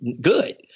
good